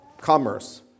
commerce